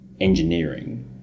engineering